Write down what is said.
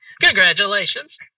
Congratulations